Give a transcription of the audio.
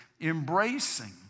embracing